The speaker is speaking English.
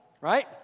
right